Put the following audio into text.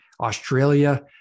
Australia